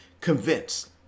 convinced